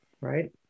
right